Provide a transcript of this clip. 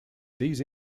these